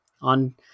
on